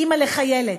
אימא לחיילת: